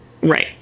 Right